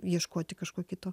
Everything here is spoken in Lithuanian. ieškoti kažko kito